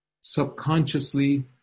subconsciously